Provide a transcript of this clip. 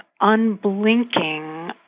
unblinking